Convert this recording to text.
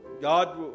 God